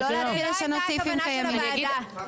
זו לא הייתה הכוונה של הוועדה.